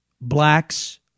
blacks